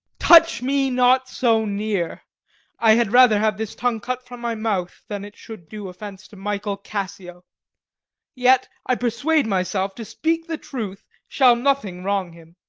touch me not so near i had rather have this tongue cut from my mouth than it should do offence to michael cassio yet, i persuade myself, to speak the truth shall nothing wrong him